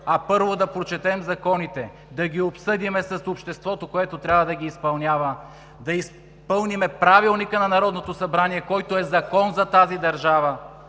а първо да прочетем законите, да ги обсъдим с обществото, което трябва да ги изпълнява, да изпълним Правилника на Народното събрание, който е Закон за тази държава,